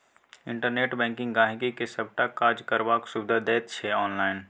internet banking गांहिकी के सबटा काज करबाक सुविधा दैत छै आनलाइन